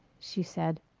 she said.